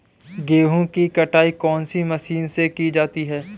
गेहूँ की कटाई कौनसी मशीन से की जाती है?